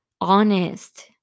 honest